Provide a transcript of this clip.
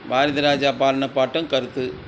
பாரதிராஜா பாடின பாட்டும் கருத்து